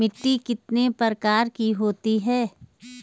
मिट्टी कितने प्रकार की होती है?